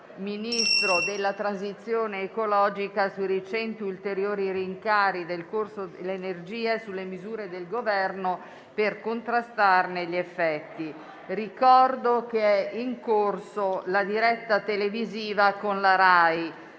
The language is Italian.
Ministro della transizione ecologica sui recenti ulteriori rincari del costo dell'energia e sulle misure del Governo per contrastarne gli effetti». Ricordo che è in corso la diretta televisiva con la RAI.